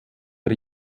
der